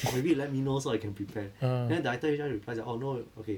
maybe you let me know so I can prepare then the director H_R reply 讲 orh no okay